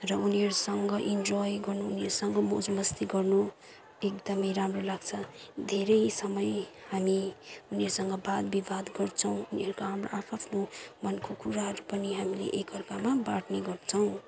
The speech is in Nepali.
र उनीहरूसँग इन्जोइ गर्नु उनीहरूसँग मौज मस्ती गर्नु एकदमै राम्रो लाग्छ धेरै समय हामी उनीहरूसँग वादविवाद गर्छौँ उनीहरूको हाम्रो आआफ्नो मनको कुराहरू पनि हामीले एकअर्कामा बाँड्ने गर्छौँ